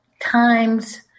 times